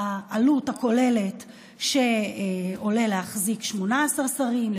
העלות הכוללת שעולה להחזיק 18 שרים,